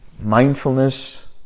Mindfulness